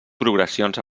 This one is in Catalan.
progressions